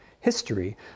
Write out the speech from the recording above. history